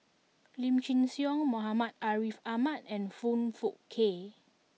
Lim Chin Siong Muhammad Ariff Ahmad and Foong Fook Kay